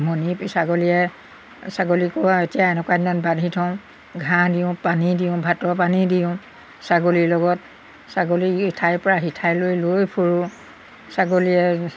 মণি ছাগলীয়ে ছাগলীকো এতিয়া এনেকুৱা দিনত বান্ধি থওঁ ঘাঁহ দিওঁ পানী দিওঁ ভাতৰ পানী দিওঁ ছাগলীৰ লগত ছাগলী ইঠাইৰপৰা সিঠাই লৈ লৈ ফুৰোঁ ছাগলীয়ে